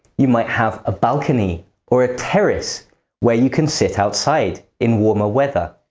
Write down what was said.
you might have a balcony or a terrace where you can sit outside in warmer weather.